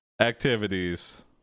activities